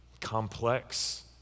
complex